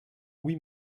oui